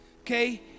okay